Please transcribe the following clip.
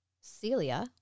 Celia